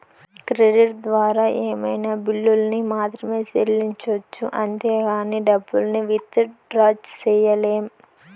credit ద్వారా ఏమైనా బిల్లుల్ని మాత్రమే సెల్లించొచ్చు అంతేగానీ డబ్బుల్ని విత్ డ్రా సెయ్యలేం